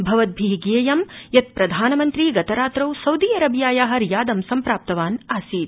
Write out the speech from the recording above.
भवन्द्रि ज्ञेयं यत् प्रधानमन्त्री गतरात्रौ सउदी अरबियाया रियादं सम्प्राप्तवान् आसीत्